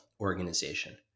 organization